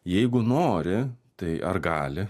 jeigu nori tai ar gali